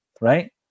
right